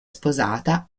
sposata